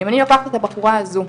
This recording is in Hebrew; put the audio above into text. אם אני לוקחת את הבחורה הזו,